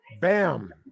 Bam